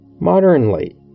Modernly